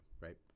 right